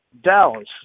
Dallas